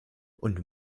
und